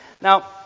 Now